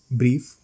brief